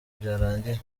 byarangiye